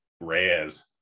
Reyes